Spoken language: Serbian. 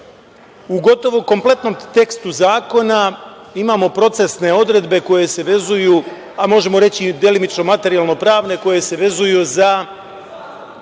u gotovo kompletnom tekstu zakona imamo procesne odredbe koje se vezuju, a možemo reći delimično materijalno pravne koje se vezuju za